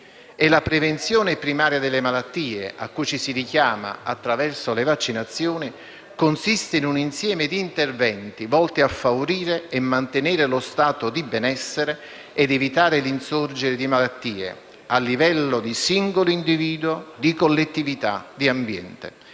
prevenzione primaria delle malattie. Tale prevenzione, a cui ci si richiama attraverso le vaccinazioni, consiste in un insieme di interventi volti a favorire e mantenere lo stato di benessere ed evitare l'insorgere di malattie, a livello di singolo individuo, di collettività e di ambiente.